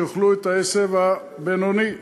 שיאכלו את העשב הבינוני.